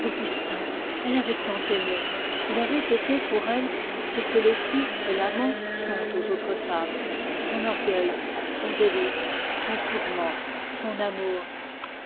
augustin elle l'avait tant aimé il avait été pour elle ce que l'époux et l'amant sont aux autres femmes son orgueil son délice son tourment son amour